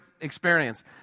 experience